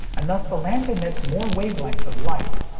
and thus the lamp emits more wavelengths of light.